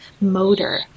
motor